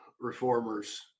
reformers